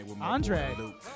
Andre